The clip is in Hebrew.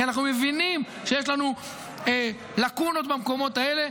כי אנחנו מבינים שיש לנו לקונות במקומות האלה.